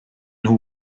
nhw